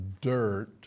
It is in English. dirt